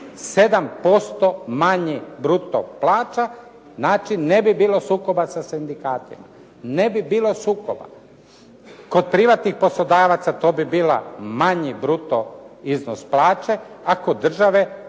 7% manji bruto plaća, znači ne bi bilo sukoba sa sindikatima, ne bi bilo sukoba. Kod privatnih poslodavaca to bila manji bruto iznos plaće, a kod države